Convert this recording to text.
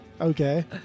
okay